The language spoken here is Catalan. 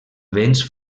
vents